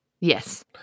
Yes